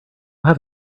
have